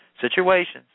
situations